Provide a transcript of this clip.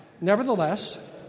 nevertheless